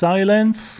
Silence